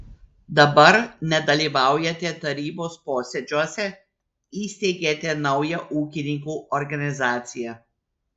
dabar nedalyvaujate tarybos posėdžiuose įsteigėte naują ūkininkų organizaciją